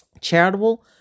Charitable